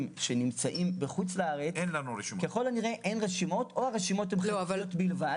שנמצאים בחו"ל או הרשימות הן חלקיות בלבד.